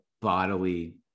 bodily